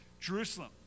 Jerusalem